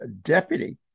deputy